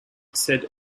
said